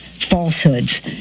Falsehoods